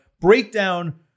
breakdown